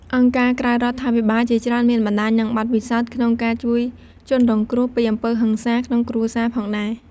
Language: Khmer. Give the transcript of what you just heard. អង្គការក្រៅរដ្ឋាភិបាលជាច្រើនមានបណ្ដាញ និងបទពិសោធន៍ក្នុងការជួយជនរងគ្រោះពីអំពើហិង្សាក្នុងគ្រួសារផងដែរ។